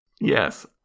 Yes